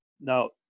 Now